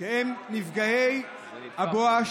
הם של נפגעי הבואש,